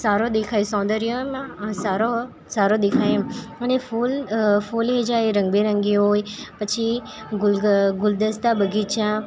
સારો દેખાય સૌંદર્યમાં સારો સારો દેખાય એમ અને ફૂલ ખિલી જાય રંગબેરંગી હોય પછી ગુલ ગુલદસ્તા બગીચા